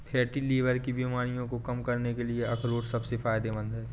fatty liver की बीमारी को कम करने के लिए अखरोट सबसे फायदेमंद है